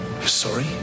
Sorry